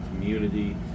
community